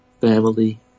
Family